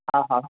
हा हा